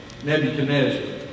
Nebuchadnezzar